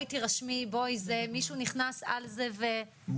בואי תרשמי, מישהו נכנס על זה ו- , סתם.